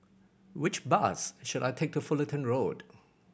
which bus should I take to Fullerton Road